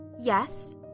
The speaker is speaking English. Yes